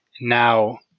Now